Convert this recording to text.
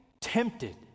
tempted